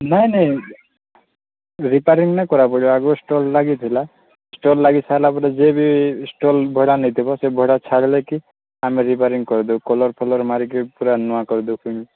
ନାଇଁ ନାଇଁ ରିପାରିଙ୍ଗ୍ ନାଇଁ କରା ପଡ଼ିବ ଆଗରୁ ଷ୍ଟଲ୍ ଲାଗିଥିଲା ଷ୍ଟଲ୍ ଲାଗି ସାଇଲା ପରେ ଯିଏ ବି ଷ୍ଟଲ୍ ଭଡ଼ା ନେଇଥିବ ସେ ଭଡ଼ା ଛାଡ଼ଲେ କି ଆମେ ରିପାରିଙ୍ଗ୍ କରିଦେଉ କଲର୍ ଫଲର ମାରିକି ପୂରା ନୂଆ କରିଦେଉ ପୁଣି